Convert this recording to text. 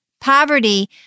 poverty